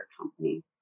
company